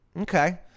Okay